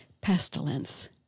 pestilence